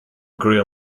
agree